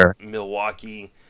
Milwaukee